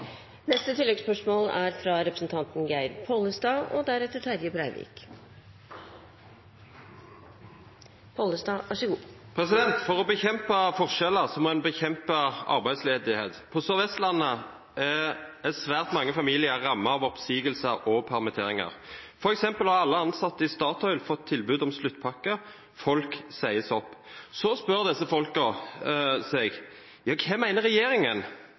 Geir Pollestad – til oppfølgingsspørsmål. For å bekjempe forskjeller må en bekjempe arbeidsledighet. På Sør-Vestlandet er svært mange familier rammet av oppsigelser og permitteringer. For eksempel har alle ansatte i Statoil fått tilbud om sluttpakke – folk sies opp. Så spør disse folkene seg: Hva mener regjeringen?